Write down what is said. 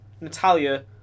Natalia